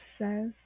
says